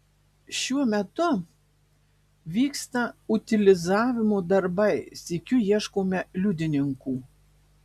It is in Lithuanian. šiuo metu vyksta utilizavimo darbai sykiu ieškome liudininkų